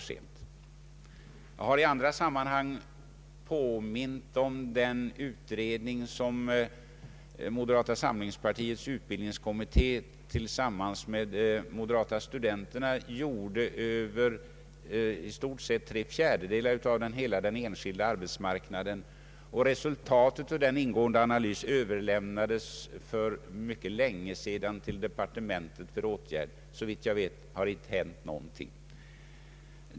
Jag har i andra sammanhang påmint om den utredning som moderata samlingspartiets utbildningskommitté tillsammans med moderata studenterna gjorde över i stort sett tre fjärdedelar av hela den enskilda arbetsmarknaden. Resultatet av denna ingående analys överlämnades för mycket länge sedan till departementet för åtgärd. Såvitt jag vet har det inte hänt någonting.